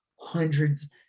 hundreds